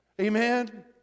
Amen